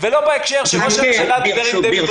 ולא בהקשר שראש הממשלה דיבר עם ---.